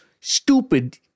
stupid